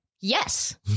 yes